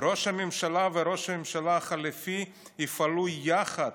"ראש הממשלה וראש הממשלה החליפי יפעלו יחד